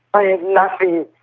i have nothing,